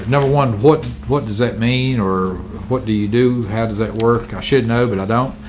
number one what what does that mean? or what do you do? how does it work? i should know, but i don't.